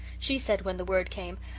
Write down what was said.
she said, when the word came,